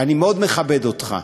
אני מאוד מכבד אותך.